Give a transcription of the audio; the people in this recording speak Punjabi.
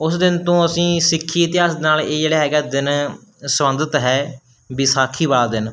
ਉਸ ਦਿਨ ਤੋਂ ਅਸੀਂ ਸਿੱਖ ਇਤਿਹਾਸ ਨਾਲ ਇਹ ਜਿਹੜਾ ਹੈਗਾ ਦਿਨ ਸੰਬੰਧਿਤ ਹੈ ਵਿਸਾਖੀ ਵਾਲਾ ਦਿਨ